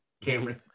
Cameron